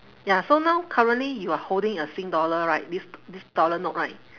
ya so now currently you are holding a sing dollar right this this dollar note right